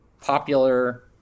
popular